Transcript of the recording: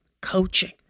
coaching